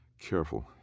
Careful